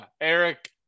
Eric